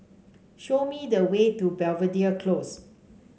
show me the way to Belvedere Close